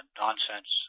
nonsense